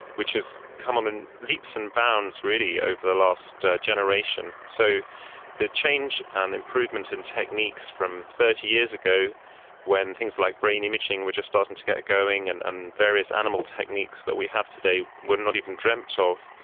which has come on in leaps and bounds really over the last generation, so the change and improvement in techniques from thirty years ago when things like brain imaging were just starting to get going and and various animal techniques that we have today were not even dreamt of,